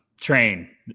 train